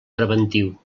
preventiu